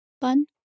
bun